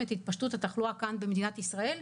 את התפשטות התחלואה כאן במדינת ישראל,